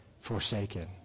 forsaken